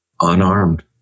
unarmed